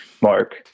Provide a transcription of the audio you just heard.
Mark